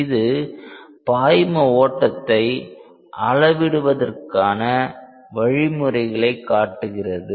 இது பாய்ம ஓட்டத்தை அளவிடுவதற்கான வழிமுறைகளை காட்டுகிறது